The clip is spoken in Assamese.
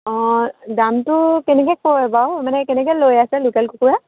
অঁ দামটো কেনেকৈ কৰে বাৰু মানে কেনেকৈ লৈ আছে লোকেল কুকুৰা